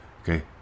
Okay